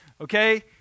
Okay